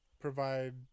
provide